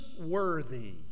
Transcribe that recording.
worthy